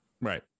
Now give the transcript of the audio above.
right